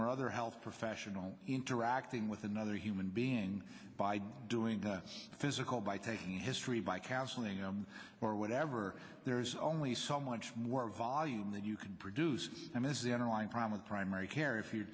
or other health professional interacting with another human being by doing the physical by taking history by counseling them or whatever there's only so much more volume that you can produce them is the underlying problem of primary care if you're